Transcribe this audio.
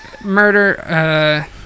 murder